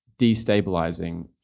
destabilizing